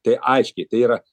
tai aiškiai tai yra